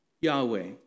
Yahweh